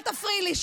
אל תפריעי לי.